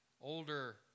older